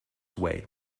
way